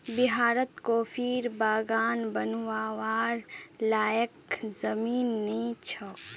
बिहारत कॉफीर बागान बनव्वार लयैक जमीन नइ छोक